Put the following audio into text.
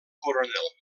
coronel